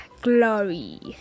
glory